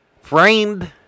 framed